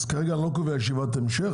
כרגע אני לא קובע ישיבת המשך,